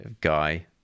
guy